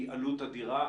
היא עלות אדירה,